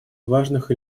важных